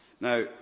Now